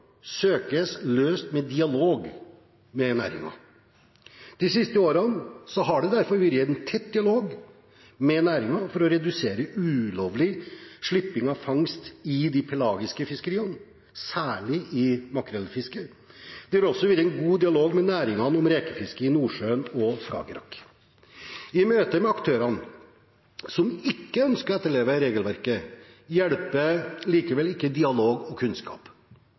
søkes løst med dialog med næringen. De siste årene har det derfor vært en tett dialog med næringen for å redusere ulovlig slipping av fangst i de pelagiske fiskeriene, særlig i makrellfisket. Det har også vært en god dialog med næringen om rekefisket i Nordsjøen og Skagerrak. I møte med aktører som ikke ønsker å etterleve regelverket, hjelper likevel ikke dialog og kunnskap.